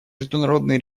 международные